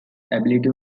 ability